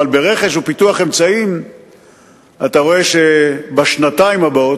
אבל ברכש ופיתוח אמצעים אתה רואה שבשנתיים הבאות,